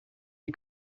die